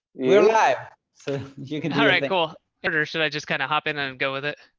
we're live so you can cool it or should i just kind of hop in and go with it?